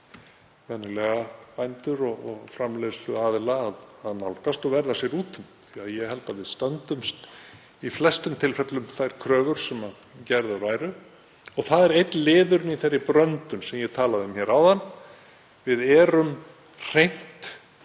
fyrir venjulega bændur og framleiðsluaðila að nálgast og verða sér úti um. Ég held að við stöndumst í flestum tilfellum þær kröfur sem gerðar væru. Það er einn liðurinn í þeirri „bröndun“ sem ég talaði um hér áðan. Við erum hreint